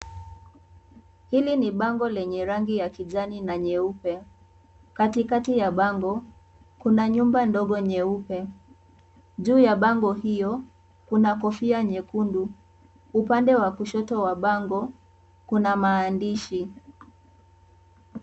Hili ni bango lenye rangi ya kijani na nyeupe. Katikati ya bango kuna nyumba ndogo nyeupe. Juu ya bango hiyo kuna kofia nyekundu. Upande wa kushoto wa bango kuna maandishi.